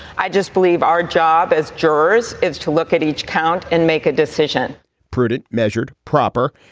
i just believe our job as jurors is to look at each count and make a decision prudent, measured, proper,